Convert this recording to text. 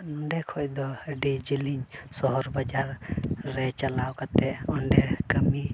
ᱱᱚᱰᱮ ᱠᱷᱚᱡ ᱫᱚ ᱟᱹᱰᱤ ᱡᱮᱞᱮᱧ ᱥᱚᱦᱚᱨ ᱵᱟᱡᱟᱨ ᱨᱮ ᱪᱟᱞᱟᱣ ᱠᱟᱛᱮ ᱚᱸᱰᱮ ᱠᱟᱹᱢᱤ